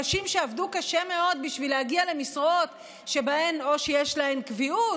נשים שעבדו קשה מאוד בשביל להגיע למשרות שבהן או שיש להן קביעות